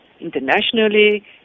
Internationally